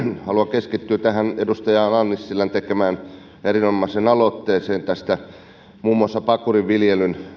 haluan keskittyä tähän edustaja ala nissilän tekemään erinomaiseen aloitteeseen muun muassa pakurin viljelyn